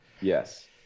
Yes